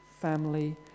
family